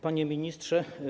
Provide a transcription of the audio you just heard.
Panie Ministrze!